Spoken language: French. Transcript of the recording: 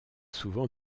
souvent